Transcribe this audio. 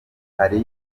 hariya